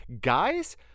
guys